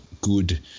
good